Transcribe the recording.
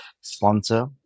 sponsor